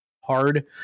hard